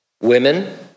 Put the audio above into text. Women